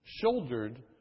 shouldered